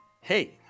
Hey